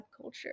subculture